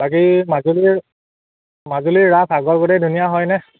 বাকী মাজুলীৰ মাজুলীৰ ৰাস আগৰগতেই ধুনীয়া হয়নে